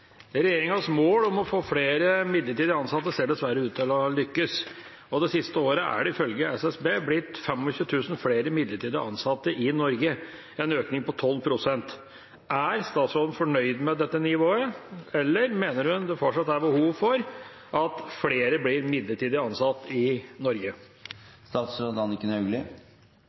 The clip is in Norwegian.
å ha lyktes. Det siste året er det ifølge SSB blitt 25 000 flere midlertidig ansatte i Norge – en økning på 12 pst. Er statsråden fornøyd med dette nivået, eller mener hun det fortsatt er behov for at flere blir midlertidig ansatt i